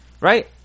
right